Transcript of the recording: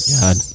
god